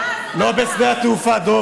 לא בשדה התעופה דב,